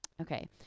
Okay